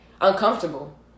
uncomfortable